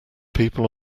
people